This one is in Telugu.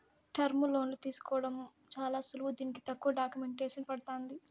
టర్ములోన్లు తీసుకోవడం చాలా సులువు దీనికి తక్కువ డాక్యుమెంటేసన్ పడతాంది